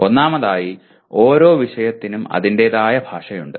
ഒന്നാമതായി ഓരോ വിഷയത്തിനും അതിന്റേതായ ഭാഷയുണ്ട്